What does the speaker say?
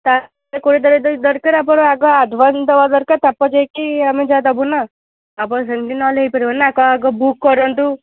ତା କୋଡ଼ିଏ ତାରିଖ ଯଦି ଦରକାର ଆପଣ ଆଗ ଆଡ଼ଭାନ୍ସ ଦେବା ଦରକାର ତା'ପରେ ଯାଇକରି ଆମେ ଯାହା ଦେବୁନା ଆପଣ ସେମିତି ନ ହେଲେ ହୋଇପାରିବନି ନା ଆପଣ ଆଗେ ବୁକ୍ କରନ୍ତୁ